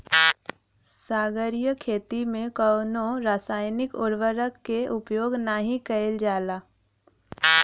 सागरीय खेती में कवनो रासायनिक उर्वरक के उपयोग नाही कईल जाला